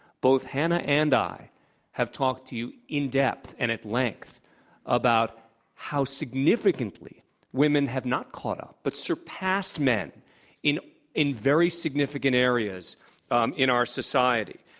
both hanna and i have talked to you in depth and at length about how significantly women have not caught up but surpassed men in in very significant areas um in our society.